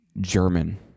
German